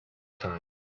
time